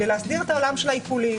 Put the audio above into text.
כדי להסדיר את העולם של העיקולים.